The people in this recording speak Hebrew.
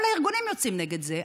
כל הארגונים יוצאים נגד זה.